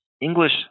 English